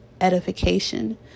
edification